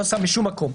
לא מפרסם בשום מקום,